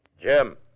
Jim